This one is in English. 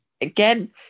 again